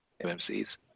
MMCs